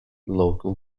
local